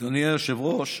אדוני היושב-ראש,